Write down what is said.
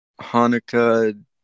Hanukkah